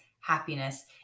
happiness